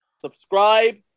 subscribe